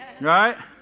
Right